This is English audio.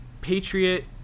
Patriot